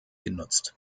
genutzt